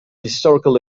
historical